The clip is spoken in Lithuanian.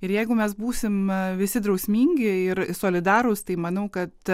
ir jeigu mes būsim visi drausmingi ir solidarūs tai manau kad